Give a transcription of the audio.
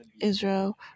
Israel